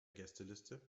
gästeliste